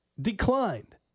declined